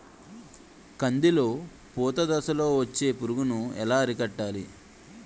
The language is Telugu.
కందిలో పూత దశలో వచ్చే పురుగును ఎలా అరికట్టాలి?